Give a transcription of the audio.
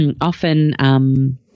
often